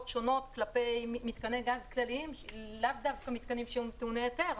שונות כלפי מתקני גז צדדיים שהם לאו דווקא מתקנים שהם טעוני היתר.